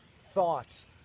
thoughts